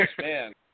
man